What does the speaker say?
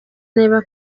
niba